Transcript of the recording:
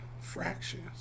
fractions